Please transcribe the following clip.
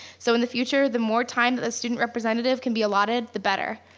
so in the future, the more time the the student representative can be allotted the better.